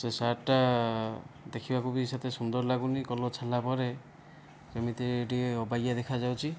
ସେ ସାର୍ଟଟା ଦେଖିବାକୁ ବି ସେତେ ସୁନ୍ଦର ଲାଗୁନାହିଁ କଲର ଛାଡ଼ିଲା ପରେ ସେମିତି ଟିକିଏ ଅବାଗିଆ ଦେଖାଯାଉଛି